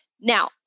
Now